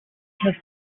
his